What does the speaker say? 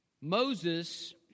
Moses